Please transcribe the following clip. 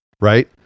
right